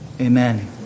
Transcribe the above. amen